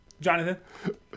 Jonathan